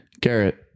garrett